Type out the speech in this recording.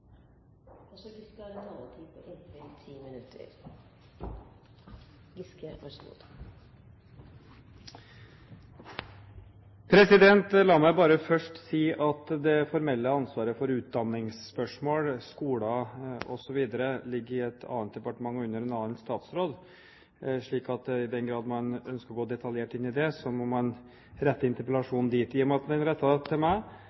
La meg bare først si at det formelle ansvaret for utdanningsspørsmål, skoler osv. ligger i et annet departement og under en annen statsråd, slik at i den grad man ønsker å gå detaljert inn i det, må man rette interpellasjonen dit. I og med at den er rettet til meg,